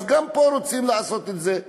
גם פה רוצים לעשות את זה.